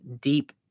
deep